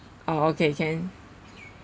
ah okay can